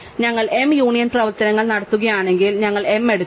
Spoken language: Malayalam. അതിനാൽ ഞങ്ങൾ m യൂണിയൻ പ്രവർത്തനങ്ങൾ നടത്തുകയാണെങ്കിൽ ഞങ്ങൾ m എടുക്കും